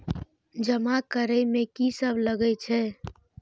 जमा करे में की सब लगे छै?